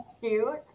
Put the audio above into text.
cute